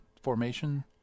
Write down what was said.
formation